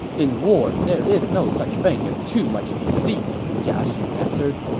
in war, there is no such thing as too much deceit, jia xu answered.